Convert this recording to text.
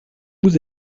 vous